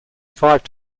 five